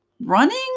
running